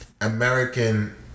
American